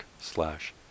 slash